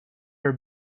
are